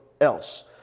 else